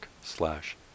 slash